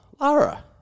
Lara